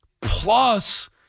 Plus